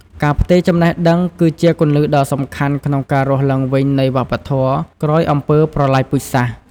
ការផ្ទេរចំណេះដឹង គឺជាគន្លឹះដ៏សំខាន់ក្នុងការរស់ឡើងវិញនៃវប្បធម៌ក្រោយអំពើប្រល័យពូជសាសន៍។